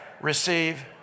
receive